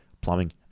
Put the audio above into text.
plumbing